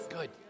Good